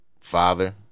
father